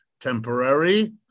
temporary